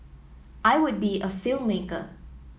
I would be a film maker